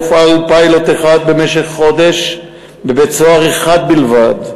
הופעל במשך חודש פיילוט אחד בבית-סוהר אחד בלבד,